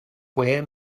where